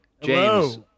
James